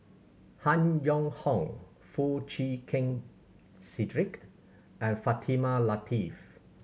Han Yong Hong Foo Chee Keng Cedric and Fatimah Lateef